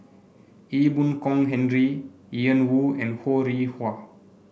Ee Boon Kong Henry Ian Woo and Ho Rih Hwa